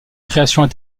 créations